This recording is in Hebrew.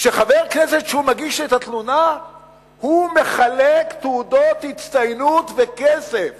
כשחבר הכנסת שמגיש את התלונה מחלק תעודות הצטיינות וכסף